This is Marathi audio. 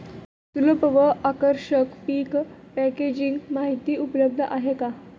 सुलभ व आकर्षक पीक पॅकेजिंग माहिती उपलब्ध आहे का?